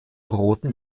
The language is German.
roten